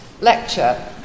lecture